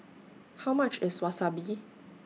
How much IS Wasabi